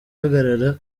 ahagaragara